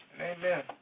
Amen